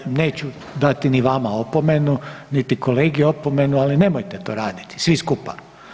Ovaj neću dati ni vama opomenu, niti kolegi opomenu, ali nemojte to raditi svi skupa.